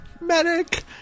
Medic